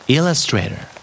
Illustrator